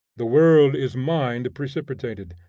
the world is mind precipitated,